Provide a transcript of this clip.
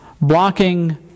blocking